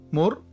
more